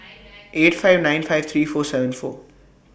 eight five nine five three four seven four